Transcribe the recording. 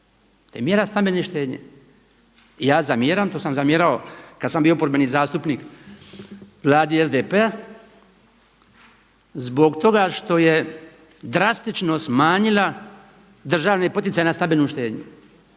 je mjera stambene štednje. Ja zamjeram, to sam zamjerao kada sam bio oporbeni zastupnik vladi SDP-a zbog toga što je drastično smanjila državni poticaj na stambenu štednju.